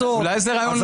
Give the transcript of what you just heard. אולי זה רעיון לא רע.